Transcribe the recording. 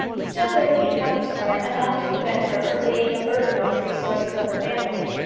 still there would be coming to her enough to prevent her from being a burden on the resources of her family.